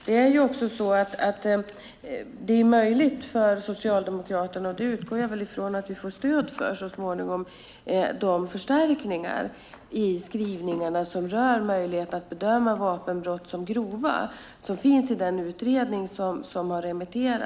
Det är också möjligt för Socialdemokraterna - jag utgår nog ifrån att det blir så - att så småningom stödja förstärkningar i skrivningarna om möjligheten att bedöma vapenbrott som grova, förslag som finns i den utredning som har remitterats.